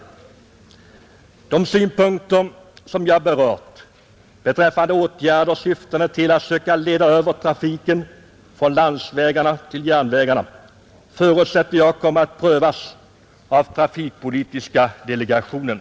De synpunkter som jag framfört beträffande åtgärder för att söka leda över trafiken från landsvägarna till järnvägarna förutsätter jag kommer att prövas av trafikpolitiska delegationen.